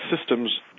systems